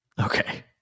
okay